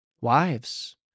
Wives